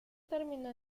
terminó